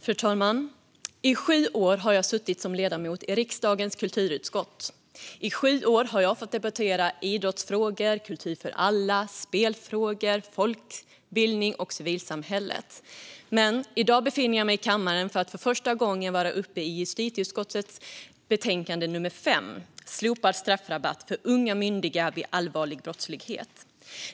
Fru talman! I sju år har jag suttit som ledamot i riksdagens kulturutskott. I sju år har jag fått debattera idrottsfrågor, kultur för alla, spelfrågor, folkbildning och civilsamhället. I dag befinner jag mig dock i kammaren för att för första gången gå upp i talarstolen gällande ett betänkande från justitieutskottet, nämligen 2021/22:JuU5 Slopad straffrabatt för unga myndiga vid allvarlig brottslighet .